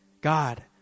God